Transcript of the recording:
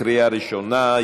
לקריאה ראשונה.